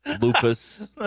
Lupus